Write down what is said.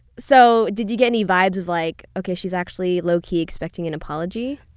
so did you get any vibes of like, okay, she's actually lowkey expecting an apology?